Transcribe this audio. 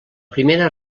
primera